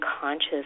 conscious